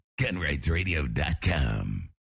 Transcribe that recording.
Gunrightsradio.com